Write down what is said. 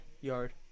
Yard